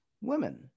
women